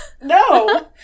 No